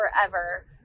forever